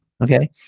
Okay